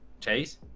chase